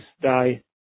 die